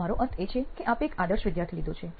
મારો અર્થ એ છે આપે એક આદર્શ વિદ્યાર્થી લીધો છે